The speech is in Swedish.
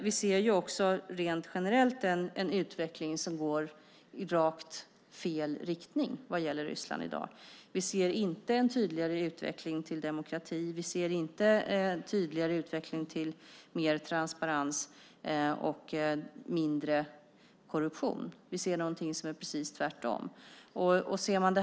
Vi ser också rent generellt en utveckling som går i helt fel riktning vad gäller Ryssland i dag. Vi ser inte en tydligare utveckling mot demokrati. Vi ser inte en tydligare utveckling mot mer transparens och mindre korruption. Vi ser något som är precis tvärtom.